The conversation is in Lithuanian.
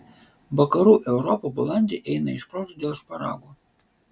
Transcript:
vakarų europa balandį eina iš proto dėl šparagų